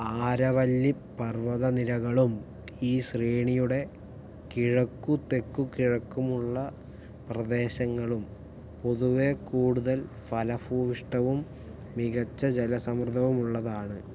ആരവല്ലി പർവതനിരകളും ഈ ശ്രേണിയുടെ കിഴക്കും തെക്കുകിഴക്കുമുള്ള പ്രദേശങ്ങളും പൊതുവെ കൂടുതൽ ഫലഭൂയിഷ്ഠവും മികച്ച ജലസമൃദ്ധവുമുള്ളതാണ്